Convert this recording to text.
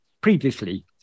previously